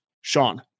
Sean